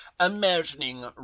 imagining